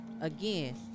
Again